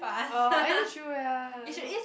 orh any shoe ya